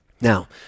Now